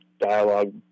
dialogue